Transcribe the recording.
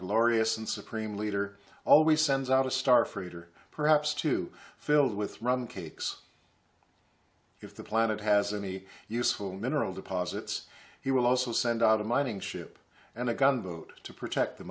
glorious and supreme leader always sends out a star for it or perhaps to filled with rum cakes if the planet has any useful mineral deposits he will also send out a mining ship and a gunboat to protect the